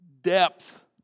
depth